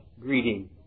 greeting